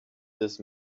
this